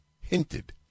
hinted